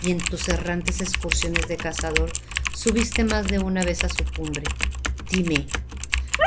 y en tus errantes excursiones de cazador subiste más de una vez á su cumbre dime